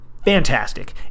Fantastic